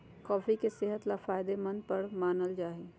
coffee के सेहत ला फायदेमंद पर मानल जाहई